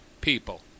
people